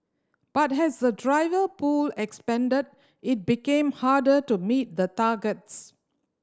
but as the driver pool expanded it became harder to meet the targets